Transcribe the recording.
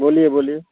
बोलिए बोलिए